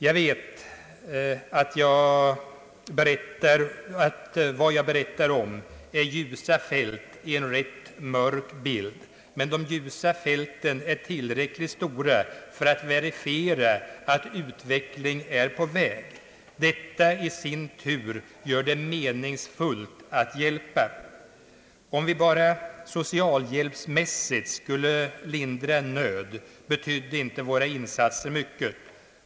Jag vet att vad jag berättar om är ljusa fält i en rätt mörk bild, men de ljusa fläckarna är tillräckligt stora för att verifiera att utvecklingen är på väg. Detta i sin tur gör det meningsfullt att hjälpa. Om vi bara »socialhjälpsmässigt» skulle lindra nöd, betydde våra insatser inte mycket.